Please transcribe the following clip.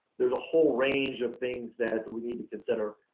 there's a whole range of things that we need to consider.